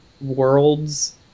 worlds